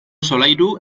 solairu